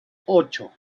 ocho